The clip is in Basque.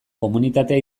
komunitatea